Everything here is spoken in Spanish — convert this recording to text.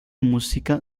música